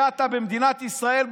הגעת במדינת ישראל,